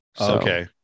Okay